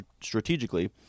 strategically